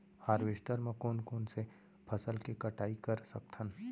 Harvester म कोन कोन से फसल के कटाई कर सकथन?